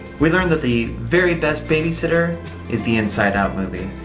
we learned that the very best babysitter is the inside out movie.